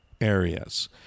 areas